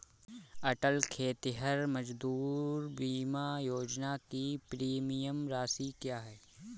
अटल खेतिहर मजदूर बीमा योजना की प्रीमियम राशि क्या है?